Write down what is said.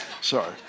Sorry